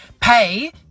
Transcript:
pay